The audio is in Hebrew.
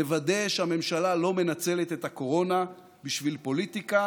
ונוודא שהממשלה לא מנצלת את הקורונה בשביל פוליטיקה.